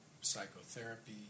psychotherapy